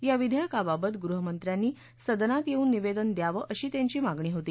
या विधाक्रिकाबाबत गृहमंत्र्यांनी सदनात यस्तिन निवस्ति द्यावं अशी त्यांची मागणी होती